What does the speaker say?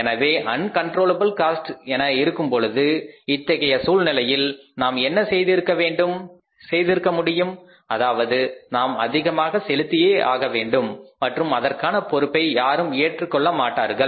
எனவே uncontrollable cost என இருக்கும் பொழுது இத்தகைய சூழ்நிலையில் நாம் என்ன செய்திருக்க முடியும் அதாவது நாம் அதிகமாக செலுத்தியே ஆகவேண்டும் மற்றும் அதற்கான பொறுப்பை யாரும் ஏற்றுக் கொள்ளமாட்டார்கள்